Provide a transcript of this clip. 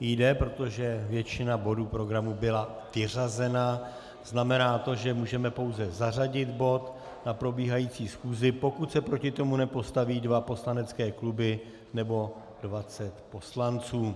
jde, protože většina bodů programu byla vyřazena, znamená to, že můžeme pouze zařadit bod na probíhající schůzi, pokud se proti tomu nepostaví dva poslanecké kluby nebo 20 poslanců.